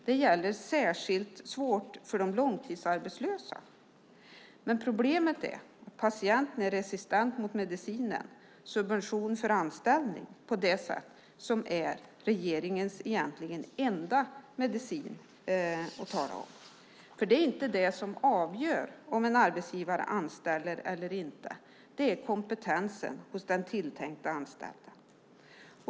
Det är särskilt svårt för de långtidsarbetslösa. Problemet är att patienten är resistent mot medicinen Subvention för anställning, som egentligen är regeringens enda medicin att tala om. Det är inte det som avgör om en arbetsgivare anställer eller inte. Det är kompetensen hos den tilltänkta anställda.